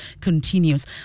continues